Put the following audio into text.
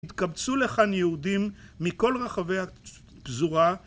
התקבצו לכאן יהודים מכל רחבי הפזורה